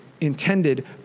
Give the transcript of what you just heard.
intended